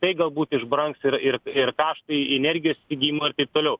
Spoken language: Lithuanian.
tai galbūt išbrangs ir ir ir kaštai energijos įsigyjimo ir taip toliau